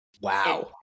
wow